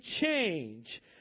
change